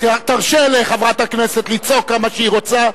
תרשה לחברת הכנסת לצעוק כמה שהיא רוצה,